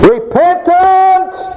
Repentance